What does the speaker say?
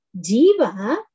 Jiva